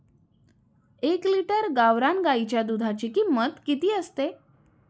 एक लिटर गावरान गाईच्या दुधाची किंमत किती असते?